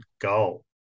goal